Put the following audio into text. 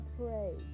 pray